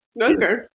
Okay